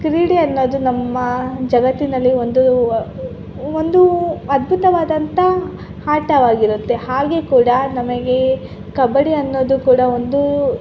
ಕ್ರೀಡೆ ಅನ್ನೊದು ನಮ್ಮ ಜಗತ್ತಿನಲ್ಲಿ ಒಂದು ಒಂದು ಅದ್ಭುತವಾದಂಥ ಆಟವಾಗಿರುತ್ತೆ ಹಾಗೆ ಕೂಡ ನಮಗೆ ಕಬಡ್ಡಿ ಅನ್ನೋದು ಕೂಡ ಒಂದು